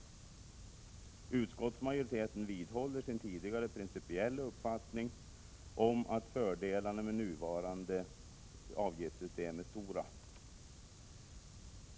Utskottsmajoriteten vidhåller sin tidigare principiella uppfattning om att fördelarna med nuvarande avgiftssystem är stora.